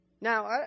Now